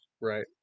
Right